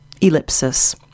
ellipsis